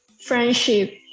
friendship